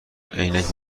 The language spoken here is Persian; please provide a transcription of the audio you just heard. عینک